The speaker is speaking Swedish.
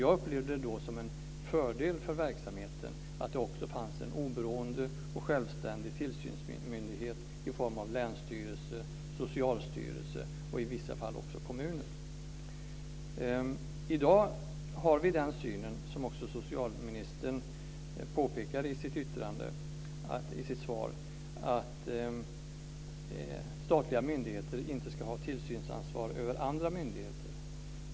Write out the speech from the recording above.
Jag upplevde det då som en fördel för verksamheten att det också fanns en oberoende och självständig tillsynsmyndighet i form av länsstyrelse, socialstyrelse och i vissa fall också kommun. I dag har vi den synen, som också socialministern påpekade i sitt svar, att statliga myndigheter inte ska ha tillsynsansvar över andra myndigheter.